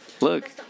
look